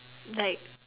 like